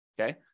okay